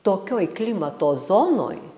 tokioj klimato zonoj